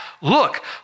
Look